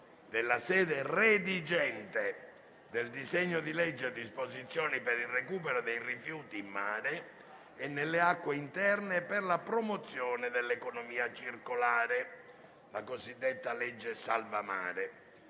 dei deputati, il disegno di legge recante disposizioni per il recupero dei rifiuti in mare e nelle acque interne e per la promozione dell'economia circolare, cosiddetta legge salva mare,